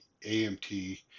AMT